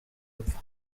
apfa